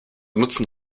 nutzen